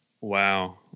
Wow